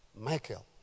Michael